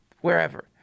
wherever